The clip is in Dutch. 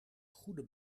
goede